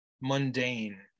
mundane